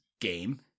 game